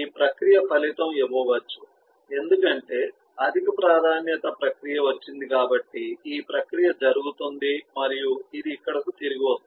ఈ ప్రక్రియ ఫలితం ఇవ్వవచ్చు ఎందుకంటే అధిక ప్రాధాన్యత ప్రక్రియ వచ్చింది కాబట్టి ఈ ప్రక్రియ జరుగుతుంది మరియు ఇది ఇక్కడకు తిరిగి వస్తుంది